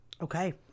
Okay